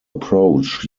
approach